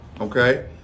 Okay